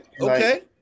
Okay